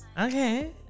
okay